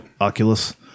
Oculus